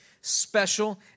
special